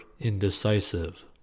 indecisive